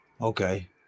okay